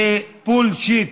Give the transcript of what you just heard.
זה בולשיט.